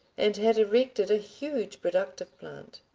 and had erected a huge productive plant.